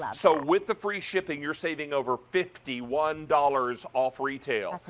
yeah so with the free shipping you're saving over fifty one dollars off retail.